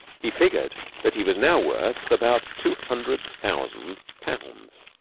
he figured that he was now worth about two hundred thousand pounds.